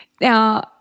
Now